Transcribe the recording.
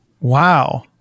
Wow